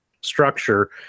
structure